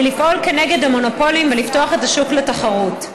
לפעול כנגד המונופולים ולפתוח את השוק לתחרות.